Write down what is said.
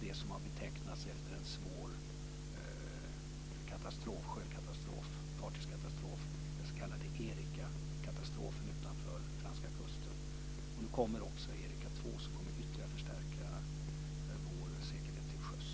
Diskussionerna här har benämnts efter en svår sjöfartskatastrof, den s.k. Erikakatastrofen utanför den franska kusten. Nu kommer också Erika II, som ytterligare kommer att förstärka vår säkerhet till sjöss.